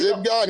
וזו פגיעה.